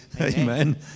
amen